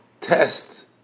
test